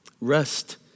Rest